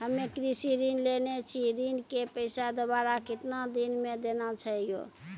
हम्मे कृषि ऋण लेने छी ऋण के पैसा दोबारा कितना दिन मे देना छै यो?